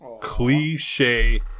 cliche